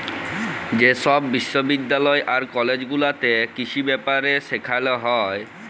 যে ছব বিশ্ববিদ্যালয় আর কলেজ গুলাতে কিসি ব্যাপারে সেখালে হ্যয়